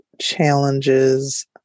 challenges